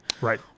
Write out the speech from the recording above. Right